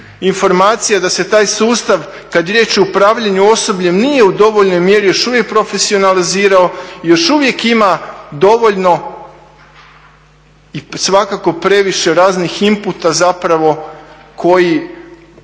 informacija da se taj sustav kad je riječ o upravljanju osobljem nije u dovoljnoj mjeri još uvijek profesionalizirao i još uvijek ima dovoljno i svakako previše raznih imputa zapravo koji